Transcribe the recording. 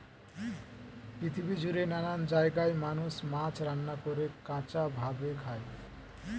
পৃথিবী জুড়ে নানান জায়গায় মানুষ মাছ রান্না করে, কাঁচা ভাবে খায়